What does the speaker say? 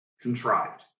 contrived